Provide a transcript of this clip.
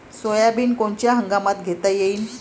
Soybean कोनच्या हंगामात घेता येईन?